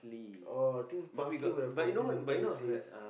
oh I think parsley would have complemented the taste